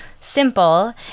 simple